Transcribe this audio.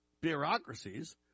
bureaucracies